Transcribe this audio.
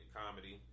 comedy